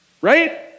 right